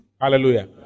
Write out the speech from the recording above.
Hallelujah